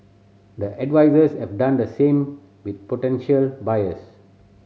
the advisers have done the same with potential buyers